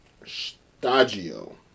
stagio